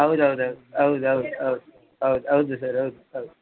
ಹೌದು ಹೌದು ಹೌದು ಹೌದು ಹೌದು ಹೌದು ಹೌದು ಹೌದು ಸರ್ ಹೌದು ಹೌದು